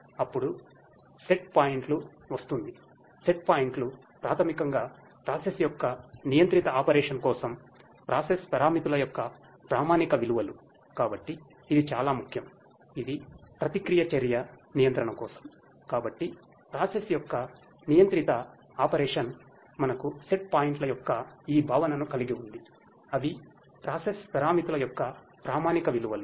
అప్పుడు సెట్ పాయింట్లు వస్తుందిసెట్ పాయింట్లు ప్రాథమికంగా ప్రాసెస్ పారామితుల యొక్క ప్రామాణిక విలువలు